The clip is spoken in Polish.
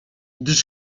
gdyż